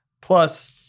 plus